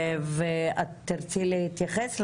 את תרצי להתייחס?